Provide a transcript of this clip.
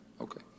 Okay